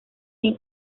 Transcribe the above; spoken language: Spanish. sin